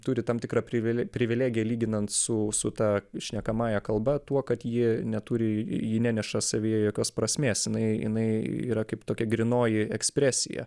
turi tam tikrą priveli privilegiją lyginant su su ta šnekamąja kalba tuo kad ji neturi ji neneša savyje jokios prasmės jinai jinai yra kaip tokia grynoji ekspresija